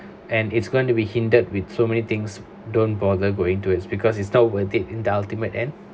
and it's going to be hindered with so many things don't bother go into it because it's not worth it in the ultimate end